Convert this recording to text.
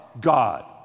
God